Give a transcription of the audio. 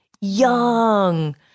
young